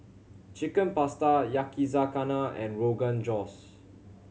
Chicken Pasta Yakizakana and Rogan Josh